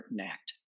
Act